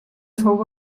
fou